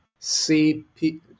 cp